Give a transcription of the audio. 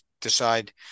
decide